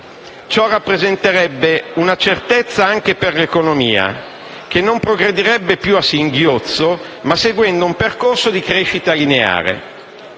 Ciò rappresenterebbe una certezza anche per l'economia, che non progredirebbe più a singhiozzo, ma seguendo un percorso di crescita lineare.